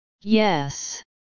Yes